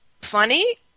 funny